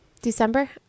December